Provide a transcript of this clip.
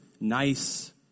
nice